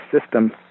system